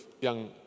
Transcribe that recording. young